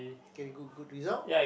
get good good result